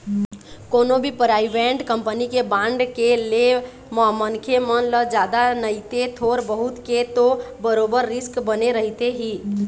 कोनो भी private company के बांड के ले म मनखे मन ल जादा नइते थोर बहुत के तो बरोबर रिस्क बने रहिथे ही